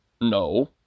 No